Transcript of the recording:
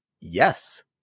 Yes